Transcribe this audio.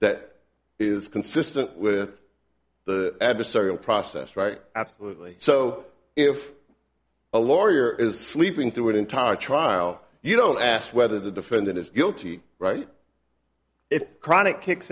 that is consistent with the adversarial process right absolutely so if a lawyer is sleeping through an entire trial you don't ask whether the defendant is guilty right if chronic kicks